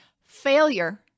Failure